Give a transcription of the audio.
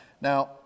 Now